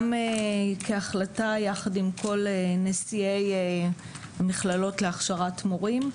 כהחלטה, ביחד עם כל נשיאי המכללות להכשרת מורים,